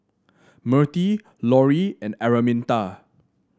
Mirtie Lorie and Araminta